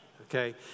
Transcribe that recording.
Okay